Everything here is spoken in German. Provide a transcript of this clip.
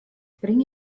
bringe